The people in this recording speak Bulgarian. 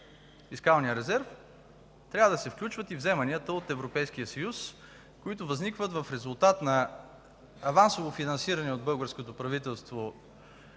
фискалния резерв трябва да се включват и вземанията от Европейския съюз, които възникват в резултат на авансово финансирани от българското правителство